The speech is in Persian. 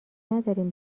ندارین